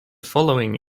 following